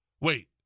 Wait